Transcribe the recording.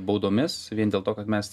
baudomis vien dėl to kad mes